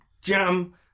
jam